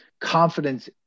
confidence